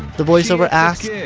the voiceover asks